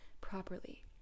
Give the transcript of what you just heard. properly